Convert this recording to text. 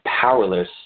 powerless